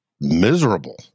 miserable